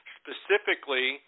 specifically